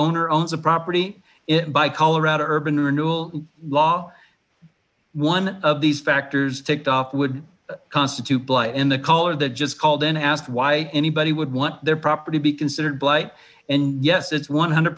owner owns a property by colorado urban renewal law one of these factors ticked off would constitute in the caller that just called and asked why anybody would want their property be considered blight and yes it's one hundred